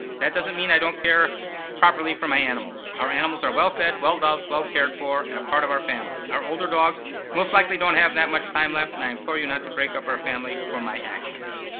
that doesn't mean i don't care properly for my animals. our animals are well-fed, well-loved, well-cared for, and a part of our family. our older dogs most likely don't have that much time left and i implore you not to break up our family for my actions.